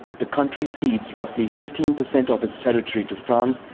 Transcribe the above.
the country cedes roughly fifteen percent of its territory to france,